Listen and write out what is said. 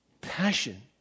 passion